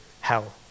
hell